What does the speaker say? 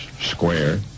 square